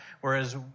Whereas